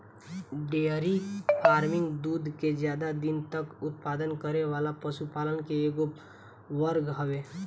dairy farming दूध के ज्यादा दिन तक उत्पादन करे वाला पशुपालन के एगो वर्ग हवे